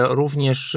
również